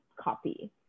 copy